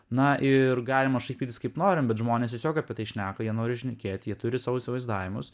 na ir galima šaipytis kaip norime bet žmonės tiesiog apie tai šneka jie nori šnekėti jie turi savo įsivaizdavimus